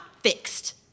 fixed